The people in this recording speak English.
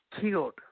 killed